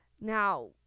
Now